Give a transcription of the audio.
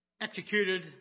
Executed